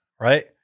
Right